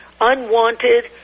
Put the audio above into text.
unwanted